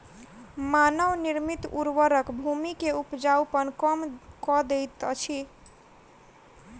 मानव निर्मित उर्वरक भूमि के उपजाऊपन कम कअ दैत अछि